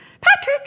Patrick